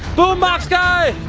boombox guy!